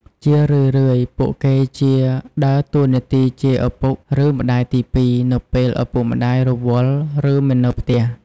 ជារឿយៗ ពួកគេជាដើរតួនាទីជាឪពុកឬ ម្ដាយទីពីរ នៅពេលឪពុកម្តាយរវល់ឬ មិននៅផ្ទះ។